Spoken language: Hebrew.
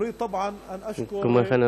כמו כן,